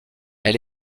elle